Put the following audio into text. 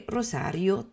Rosario